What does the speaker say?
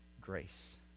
grace